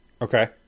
okay